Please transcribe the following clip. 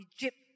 Egypt